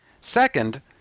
Second